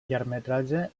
llargmetratge